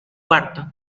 cuarto